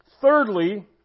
Thirdly